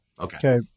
Okay